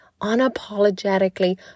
unapologetically